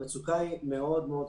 המצוקה היא מאוד קשה.